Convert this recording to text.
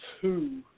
two